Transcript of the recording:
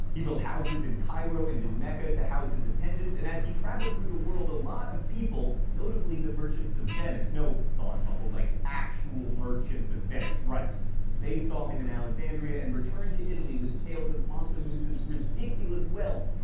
he built houses in cairo and in mecca to house his attendants, and as he traveled through the world, a lot of people notably the merchants of venice no, thought bubble, like actual merchants of venice right they saw him in alexandria and returned to italy with tales of mansa musa's ridiculous wealth,